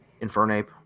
infernape